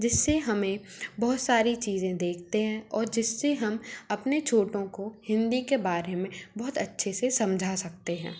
जिससे हमें बहुत सारी चीज़ें देखते हैं और जिससे हम अपने छोटों को हिंदी के बारे मे बहुत अच्छे से समझा सकते है